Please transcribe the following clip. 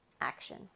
action